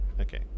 Okay